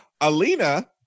Alina